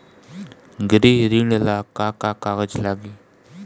गृह ऋण ला का का कागज लागी?